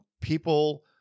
people